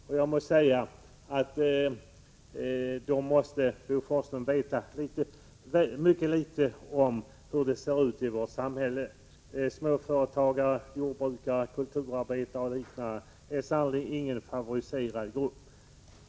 Bo Forslund måste veta mycket litet om hur det ser ut i vårt samhälle. Småföretagare, jordbrukare, kulturarbetare och liknande utgör sannolikt inte någon favoriserad grupp.